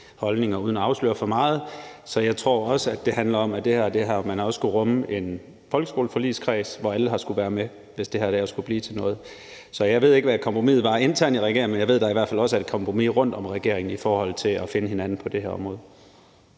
holdninger, uden at afsløre for meget. Så jeg tror også, det handler om, at det her har man også har skullet rumme i en folkeskoleforligskreds, hvor alle har skullet være med, hvis det her skulle blive til noget. Så jeg ved ikke, hvad kompromiset var internt i regeringen, men jeg ved, at der i hvert fald også er et kompromis rundt om regeringen i forhold til at finde hinanden på det her område.